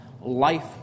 life